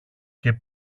και